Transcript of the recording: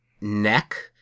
neck